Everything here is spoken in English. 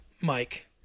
Mike